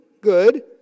good